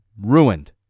Ruined